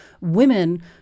women